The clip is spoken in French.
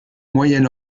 moyen